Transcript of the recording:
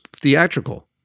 theatrical